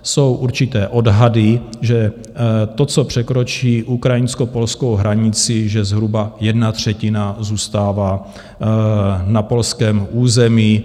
Jsou určité odhady, že to, co překročí ukrajinskopolskou hranici, že zhruba jedna třetina zůstává na polském území.